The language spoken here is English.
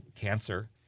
cancer